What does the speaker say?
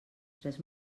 tres